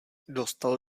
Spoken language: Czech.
dostal